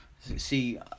See